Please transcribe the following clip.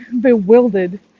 bewildered